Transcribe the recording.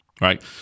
right